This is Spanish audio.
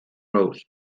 rose